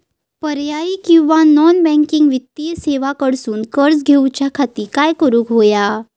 पर्यायी किंवा non banking वित्तीय सेवा कडसून कर्ज घेऊच्या खाती काय करुक होया?